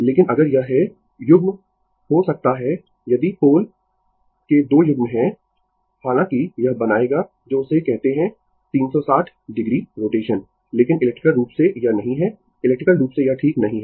लेकिन अगर यह है युग्म हो सकते है यदि पोल के 2 युग्म है हालांकि यह बनाएगा जो उसे कहते है 360 डिग्री रोटेशन लेकिन इलेक्ट्रिकल रूप से यह नहीं है इलेक्ट्रिकल रूप से यह ठीक नहीं है